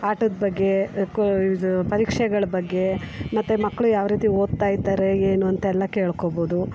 ಆಟದ ಬಗ್ಗೆ ಕೊ ಇದು ಪರೀಕ್ಷೆಗಳ ಬಗ್ಗೆ ಮತ್ತು ಮಕ್ಕಳು ಯಾವ ರೀತಿ ಓದ್ತಾಯಿದ್ದಾರೆ ಏನು ಅಂತ ಎಲ್ಲ ಕೇಳ್ಕೊಬೋದು